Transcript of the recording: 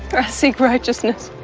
i seek righteousness,